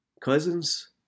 Cousins